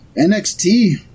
NXT